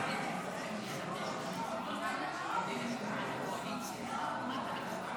יש שני שרים שמבקשים לחדש את המלחמה כדי לשמור על הקואליציה.